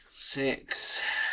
Six